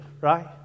right